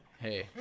Hey